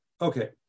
Okay